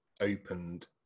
opened